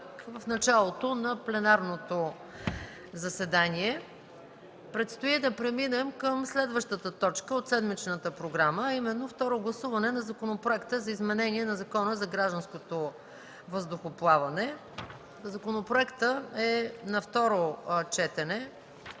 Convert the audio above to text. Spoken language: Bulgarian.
в началото на пленарното заседание. Предстои да преминем към следващата точка от седмичната програма, а именно Второ гласуване на Законопроекта за изменение на Закона за гражданското въздухоплаване. Законопроектът е на второ четене.